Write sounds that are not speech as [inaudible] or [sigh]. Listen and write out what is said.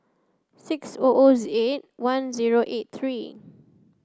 six O O [unintelligible] eight one zero eight three